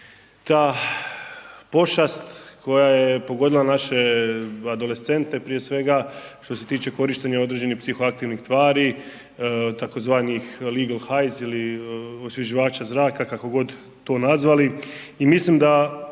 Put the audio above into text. ta pošast koja je pogodila naše adolescente prije svega što se tiče korištenja određenih psihoaktivnih tvari tzv. Legal Highs ili osvježivača zraka kako god to nazvali. I mislim da